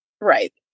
Right